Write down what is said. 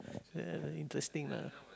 very interesting ah